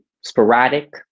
sporadic